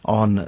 on